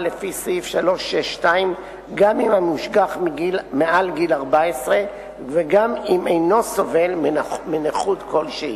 לפי סעיף 362 גם אם המושגח מעל גיל 14 וגם אם אינו סובל מנכות כלשהי.